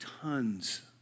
tons